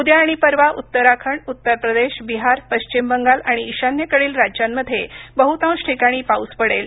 उद्या आणि परवा उत्तराखंड उत्तर प्रदेश बिहार पश्चिम बंगाल आणि ईशान्येकडील राज्यांमध्ये बहुतांश ठिकाणी पाऊस पडेल